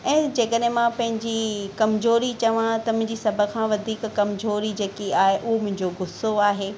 ऐं जेकॾेहिं मां पंहिंजी कमजोरी चवां त मुंहिंजी सभ खां वधीक कमजोरी जेकी आहे उहो मुंहिंजो गुसो आहे